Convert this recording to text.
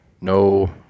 no